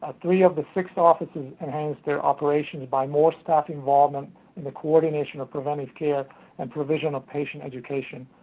ah three of the six offices enhanced their operations by more staff involvement and the coordination of preventative care and provision of patient education.